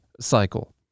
cycle